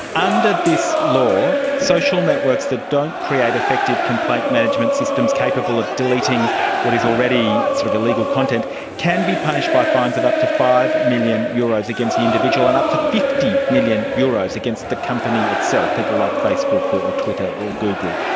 under this law, social networks that don't create effective complaint management systems capable of deleting what is already sort of illegal content can be punished by fines of up to five million euros against the individual and up to fifty million euros against the company itself, people like facebook or twitter or google.